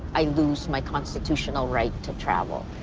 i'd lose my constitutional right to travel.